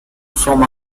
from